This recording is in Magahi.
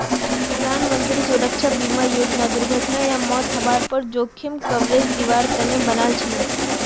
प्रधानमंत्री सुरक्षा बीमा योजनाक दुर्घटना या मौत हवार पर जोखिम कवरेज दिवार तने बनाल छीले